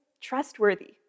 trustworthy